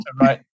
right